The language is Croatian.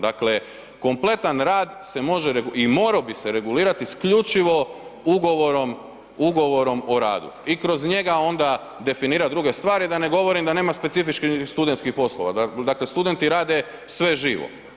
Dakle kompletan rad se može i moro bi se regulirati isključivo ugovorom o radu i kroz njega onda definirati druge stvari, a da ne govorim da nema specifičnih studentskih poslova, dakle studenti rade sve živo.